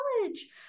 college